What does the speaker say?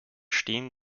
stehen